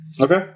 Okay